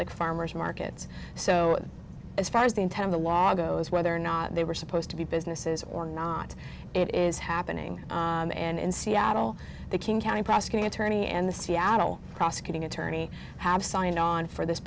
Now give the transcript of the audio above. like farmers markets so as far as the intent of the law goes whether or not they were supposed to be businesses or not it is happening and in seattle the king county prosecuting attorney and the seattle prosecuting attorney have signed on for this